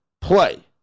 play